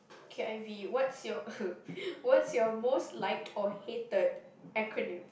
K_I_V what's your what's your most liked or hated acronym